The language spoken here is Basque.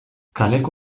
kaleko